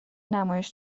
نمایش